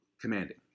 commanding